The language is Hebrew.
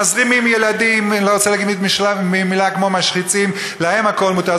"מזרימים ילדים" אני לא רוצה להגיד מילה כמו "משריצים" ולהם הכול מותר.